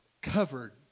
covered